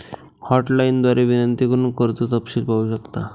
hotline द्वारे विनंती करून कर्ज तपशील पाहू शकता